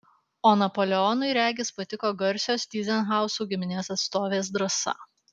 o napoleonui regis patiko garsios tyzenhauzų giminės atstovės drąsa